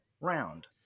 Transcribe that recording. round